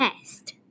test